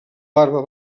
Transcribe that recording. barba